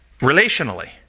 Relationally